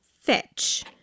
Fetch